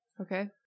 Okay